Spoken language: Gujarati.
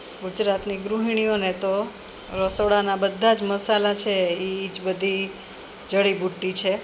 ગુજરાતની ગૃહિણીઓને તો રસોડાના બધા જ મસાલા છે એ જ બધી જડીબુટ્ટી છે